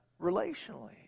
relationally